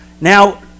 Now